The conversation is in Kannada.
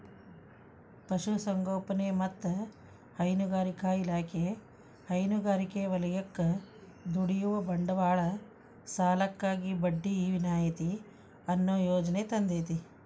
ಪಶುಸಂಗೋಪನೆ ಮತ್ತ ಹೈನುಗಾರಿಕಾ ಇಲಾಖೆ ಹೈನುಗಾರಿಕೆ ವಲಯಕ್ಕ ದುಡಿಯುವ ಬಂಡವಾಳ ಸಾಲಕ್ಕಾಗಿ ಬಡ್ಡಿ ವಿನಾಯಿತಿ ಅನ್ನೋ ಯೋಜನೆ ತಂದೇತಿ